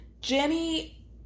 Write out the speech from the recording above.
Jenny